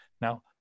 Now